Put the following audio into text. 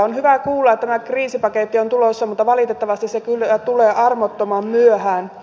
on hyvä kuulla että kriisipaketti on tulossa mutta valitettavasti se kyllä tulee armottoman myöhään